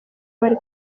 bari